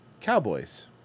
cowboys